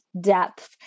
depth